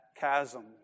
chasm